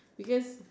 because